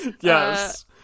yes